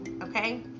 Okay